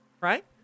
right